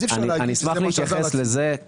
אני אשמח להתייחס לזה.